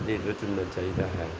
leader ਚੁਣਨਾ ਚਾਹੀਦਾ ਹੈ